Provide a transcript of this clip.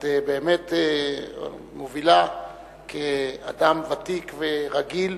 את באמת מובילה כאדם ותיק ורגיל,